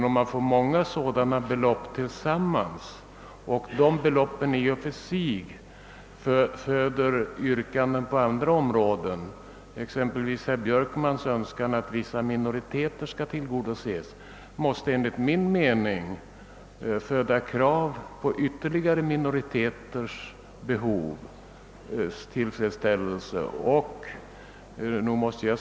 Om man har många sådana belopp och de beloppen i sin tur föder yrkanden på andra områden — exempelvis herr Björkmans önskan att vissa minoriteter skall tillgodoses — måste enligt min mening ställas krav på tillgodoseende av behoven hos ytterligare minoriteter.